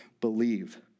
believe